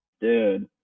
Dude